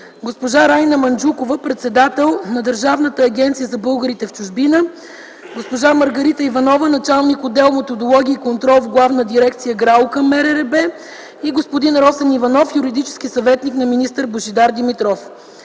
госпожа Райна Манджукова – председател на Държавната агенция за българите в чужбина, госпожа Маргарита Иванова – началник отдел „Методология и контрол” в Главна дирекция ГРАО към МРРБ, и господин Росен Иванов – юридически съветник на министър Божидар Димитров.